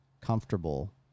comfortable